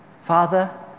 Father